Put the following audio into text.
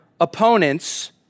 opponents